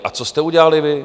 A co jste udělali vy?